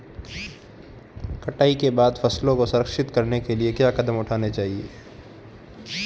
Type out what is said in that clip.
कटाई के बाद फसलों को संरक्षित करने के लिए क्या कदम उठाने चाहिए?